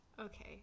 Okay